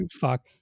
Fuck